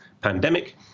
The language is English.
pandemic